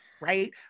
Right